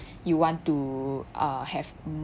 you want to uh have